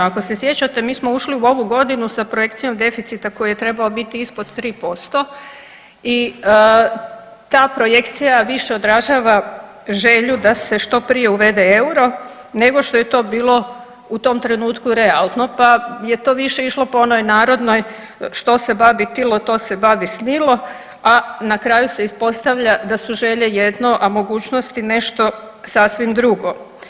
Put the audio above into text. Ako se sjećate mi smo ušli u ovu godinu sa projekcijom deficita koji je trebao biti ispod 3% i ta projekcija više odražava želju da se što prije uvede euro nego što je to bilo u tom trenutku realno, pa je to više išlo po onoj narodnoj „što se babi tilo to se babi snilo“, a na kraju se ispostavlja da su želje jedno, a mogućnosti nešto sasvim drugo.